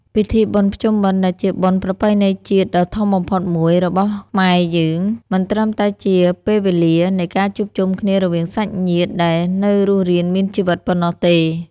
ពិធីបុណ្យភ្ជុំបិណ្ឌដែលជាបុណ្យប្រពៃណីជាតិដ៏ធំបំផុតមួយរបស់ខ្មែរយើង មិនត្រឹមតែជាពេលវេលានៃការជួបជុំគ្នារវាងសាច់ញាតិដែលនៅរស់រានមានជីវិតប៉ុណ្ណោះទេ។